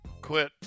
quit